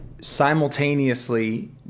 simultaneously